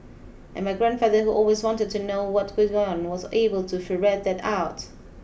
and my grandfather who always wanted to know what was gone was able to ferret that out